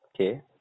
Okay